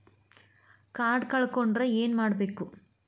Card ಕಳ್ಕೊಂಡ್ರ ಏನ್ ಮಾಡಬೇಕು?